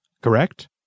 correct